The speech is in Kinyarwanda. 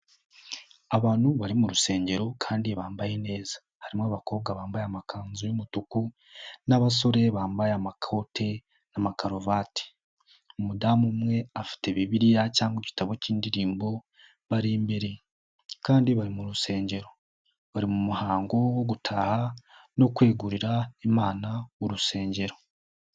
Abantu bari mu rusengero kandi bambaye neza harimo abakobwa bambaye amakanzu y'umutuku n'abasore bambaye amakote n'ama karuvati umudamu umwe afite Bibiliya cyangwa igitabo cy'indirimbo abari imbere kandi bari mu rusengero bari mu muhango wo gutaha no kwegurira Imana urusengero.